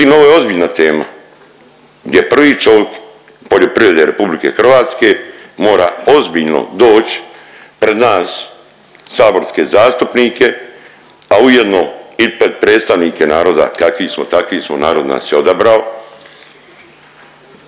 ovo je ozbiljna tema gdje prvi čovik poljoprivrede RH mora ozbiljno doć pred nas saborske zastupnike, a ujedno i pred predstavnike naroda kakvi smo, takvi smo, narod nas je odabrao